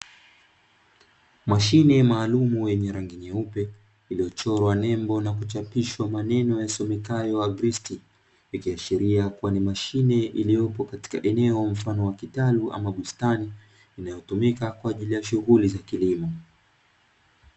Mashine maalumu yenye rangi nyeupe, iliyochorwa nembo na kuchapishwa maneno yasomekayo " agristik " ikiashiria kuwa ni mashine iliyopo katika eneo mfano wa kitalu ama bustani, inayotumika kwa ajili ya shughuli za kilimo.